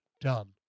done